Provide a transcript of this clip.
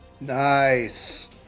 Nice